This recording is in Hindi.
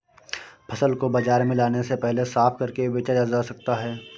फसल को बाजार में लाने से पहले साफ करके बेचा जा सकता है?